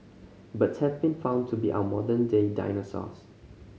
birds have been found to be our modern day dinosaurs